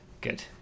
Good